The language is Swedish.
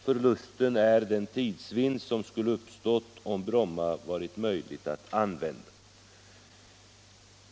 Förlusten är den tidsvinst som skulle ha uppstått om Bromma varit möjligt att använda.